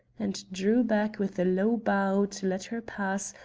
and drew back with a low bow to let her pass,